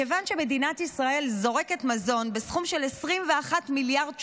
מכיוון שמדינת ישראל זורקת מזון בסכום של 21 מיליארד שקלים,